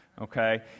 okay